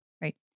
right